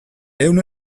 ehun